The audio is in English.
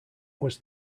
was